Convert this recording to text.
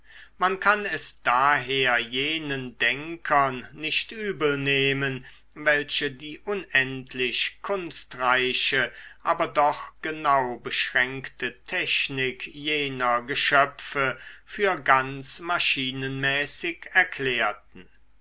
man kann es daher jenen denkern nicht übelnehmen welche die unendlich kunstreiche aber doch genau beschränkte technik jener geschöpfe für ganz maschinenmäßig erklärten